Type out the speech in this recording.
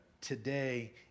today